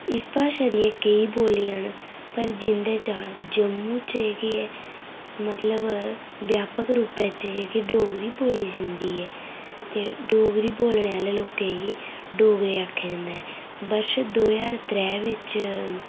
इस भाशा दियां केईं बोल्लियां न पर जिं'दे चा जम्मू च जेह्की ऐ मतलब व्यापक रुपै च जेह्की डोगरी बोल्ली जंदी ऐ ते डोगरी बोलने आह्लें लोकें गी डोगरे आखेआ जंदा ऐ वर्ष दौ ज्हार त्रैऽ बिच